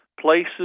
Places